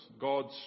God's